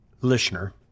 listener